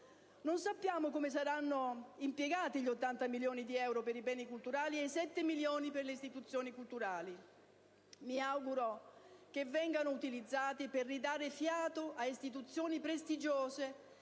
Non sappiamo come saranno impiegati gli 80 milioni di euro per i Beni culturali e i 7 milioni per le istituzioni culturali. Mi auguro che vengano utilizzati per ridare fiato a istituzioni prestigiose